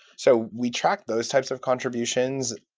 so we track those types of contributions.